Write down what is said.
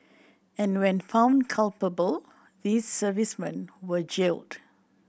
and when found culpable these servicemen were jailed